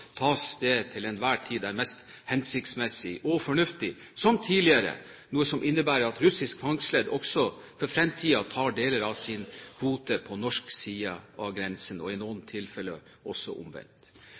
tas der det til enhver tid er mest hensiktsmessig og fornuftig – som tidligere – noe som innebærer at russiske fangstledd også for fremtiden tar deler av sin kvote på norsk side av grensen, og i